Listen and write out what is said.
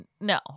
no